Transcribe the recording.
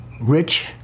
rich